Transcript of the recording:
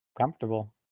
comfortable